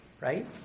right